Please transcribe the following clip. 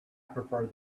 prefer